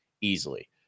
easily